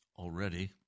Already